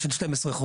של 12 חודשים,